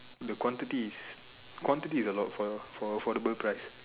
the quantity is quantity is a lot for a for a affordable price